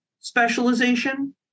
specialization